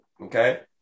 okay